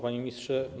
Panie Ministrze!